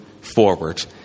forward